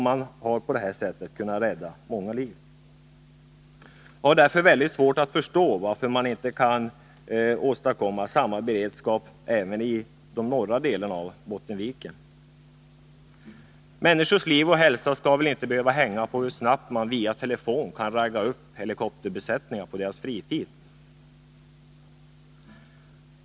Man har på detta sätt kunnat rädda många liv. Jag har därför mycket svårt att förstå varför man inte kan åstadkomma samma beredskap även i de norra delarna av Bottenviken. Människors liv och hälsa skall väl inte behöva hänga på hur snabbt man via telefon kan ”ragga upp” helikopterbesättningar på deras fritid.